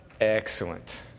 Excellent